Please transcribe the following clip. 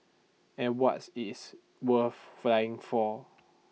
and what's is worth flying for